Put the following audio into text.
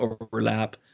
overlap